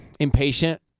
Impatient